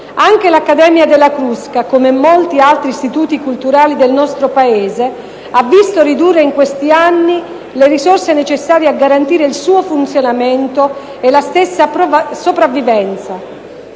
anche l'Accademia nazionale della Crusca, come molti altri istituti culturali del nostro Paese, ha visto ridurre in questi ultimi anni, le risorse necessarie a garantire il suo funzionamento e la sua stessa sopravvivenza,